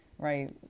Right